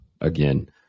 again